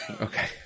Okay